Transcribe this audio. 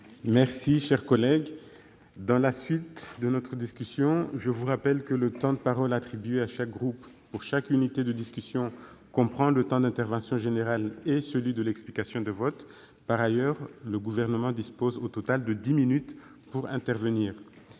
Mes chers collègues, je vous rappelle que le temps de parole attribué à chaque groupe pour chaque unité de discussion comprend le temps d'intervention générale et celui de l'explication de vote. Par ailleurs, le Gouvernement dispose au total de dix minutes pour intervenir.